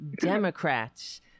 Democrats